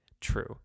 true